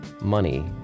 money